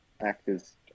actors